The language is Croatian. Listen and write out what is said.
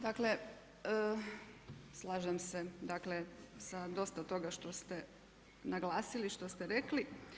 Dakle, slažem se sa dosta toga što ste naglasili, što ste rekli.